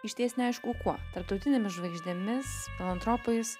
išties neaišku kuo tarptautinėmis žvaigždėmis filantropais